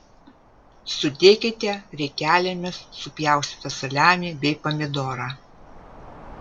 sudėkite riekelėmis supjaustytą saliamį bei pomidorą